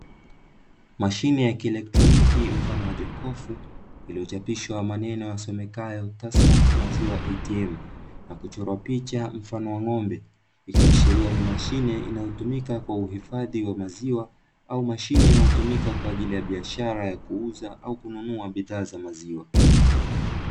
Mashine ya kielektroniki mfaono wa jokofu, iliyochapishwa maneno yasomekayo "Tasmat Maziwa ATM", na kuchorwa picha mfano wa ng'ombe. Ikiashiria ni mashine inayotumika kwa uhifadhi wa maziwa au mashine inayotumika kwa ajili ya biashara ya kuuza au kununua bidhaa za maziwa.